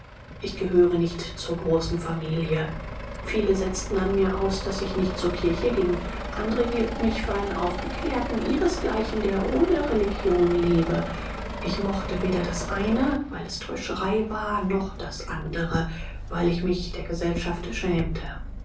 ich gehöre nicht zur großen familie viele setzten an mir aus daß ich nicht zur kirche ging andere hielten mich für einen aufgeklärten ihresgleichen der ohne religion lebe ich mochte weder das eine weil es täuscherei war noch das andere weil ich mich der gesellschaft schämte